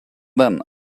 then